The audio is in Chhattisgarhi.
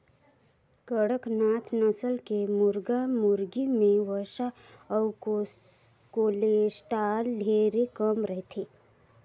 कड़कनाथ नसल के मुरगा मुरगी में वसा अउ कोलेस्टाल ढेरे कम रहथे